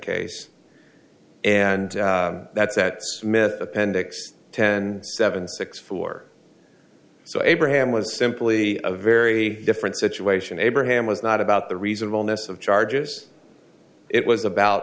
case and that's at smith appendix ten seven six four so abraham was simply a very different situation abraham was not about the reasonableness of charges it was about